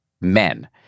men